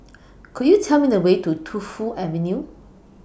Could YOU Tell Me The Way to Tu Fu Avenue